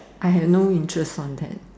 I have no interest on that